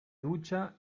ducha